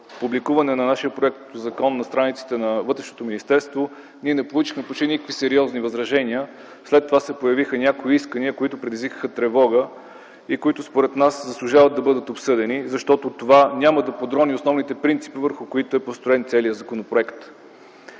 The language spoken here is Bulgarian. публикуване на нашия законопроект на страниците на Министерството на вътрешните работи, не получихме почти никакви сериозни възражения. След това се появиха някои искания, които предизвикаха тревога и които според нас заслужават да бъдат обсъдени, защото това няма да подрони основните принципи, върху които е построен целият законопроект.